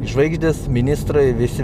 žvaigždės ministrai visi